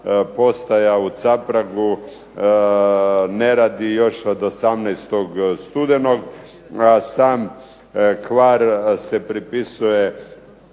postaja u Capragu ne radi još od 18. studenog. A sam kvar se propisuje